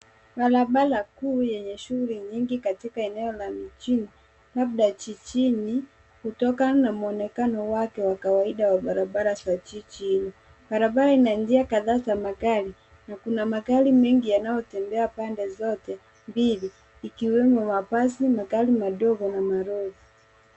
Barabara kuu yenye shughuli nyingi katika eneo la mijini labda jijini, kutokana na mwonekano wake wa kawaida wa barabara za jiji hii. Barabara ina njia kadhaa za magari. Na kuna magari mengi yanayotembea pande zote mbili. Ikiwemo mabasi, magari madogo na malori.